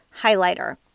highlighter